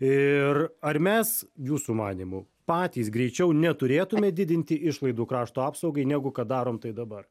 ir ar mes jūsų manymu patys greičiau neturėtume didinti išlaidų krašto apsaugai negu kad darom tai dabar